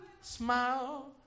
smile